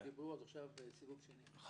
רק